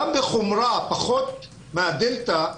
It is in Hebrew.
גם בחומרה פחות מה-דלתא,